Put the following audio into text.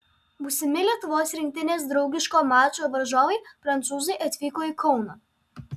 būsimi lietuvos rinktinės draugiško mačo varžovai prancūzai atvyko į kauną